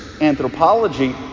anthropology